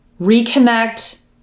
Reconnect